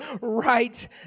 right